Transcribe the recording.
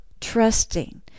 trusting